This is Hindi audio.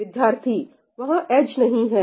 विद्यार्थी वहां ऐज नहीं है